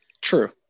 True